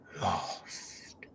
lost